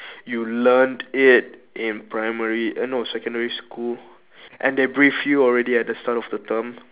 you learnt it in primary err no secondary school and they brief you already at the start of the term